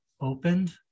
Opened